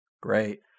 Great